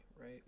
right